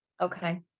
Okay